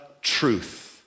truth